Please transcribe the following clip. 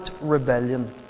rebellion